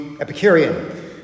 Epicurean